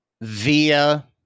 via